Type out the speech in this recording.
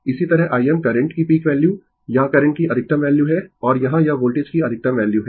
इसी तरह Im current की पीक वैल्यू या करंट की अधिकतम वैल्यू है और यहां यह वोल्टेज की अधिकतम वैल्यू है